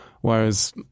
whereas